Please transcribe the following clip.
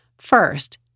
First